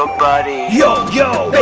um body go